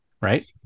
right